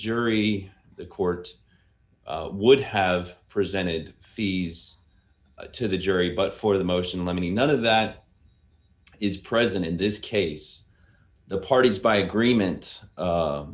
jury the court would have presented fees to the jury but for the motion let me none of that is present in this case the parties by agreement